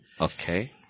Okay